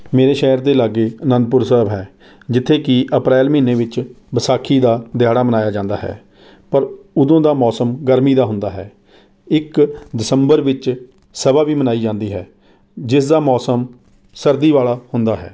ਮੇਰੇ ਸ਼ਹਿਰ ਦੇ ਲਾਗੇ ਅਨੰਦਪੁਰ ਸਾਹਿਬ ਹੈ ਜਿੱਥੇ ਕਿ ਅਪ੍ਰੈਲ ਮਹੀਨੇ ਵਿੱਚ ਵਿਸਾਖੀ ਦਾ ਦਿਹਾੜਾ ਮਨਾਇਆ ਜਾਂਦਾ ਹੈ ਪਰ ਉਦੋਂ ਦਾ ਮੌਸਮ ਗਰਮੀ ਦਾ ਹੁੰਦਾ ਹੈ ਇੱਕ ਦਸੰਬਰ ਵਿੱਚ ਸਭਾ ਵੀ ਮਨਾਈ ਜਾਂਦੀ ਹੈ ਜਿਸ ਦਾ ਮੌਸਮ ਸਰਦੀ ਵਾਲਾ ਹੁੰਦਾ ਹੈ